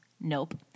Nope